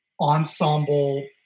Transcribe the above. ensemble